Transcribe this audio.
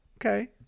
Okay